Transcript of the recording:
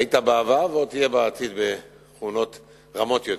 היית בעבר ועוד תהיה בעתיד בכהונות רמות יותר.